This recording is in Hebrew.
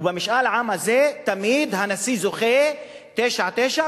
ובמשאל העם הזה תמיד הנשיא זוכה ב-99.9%.